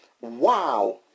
Wow